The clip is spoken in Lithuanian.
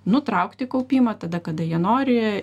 nutraukti kaupimą tada kada jie nori